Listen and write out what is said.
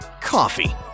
coffee